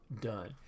done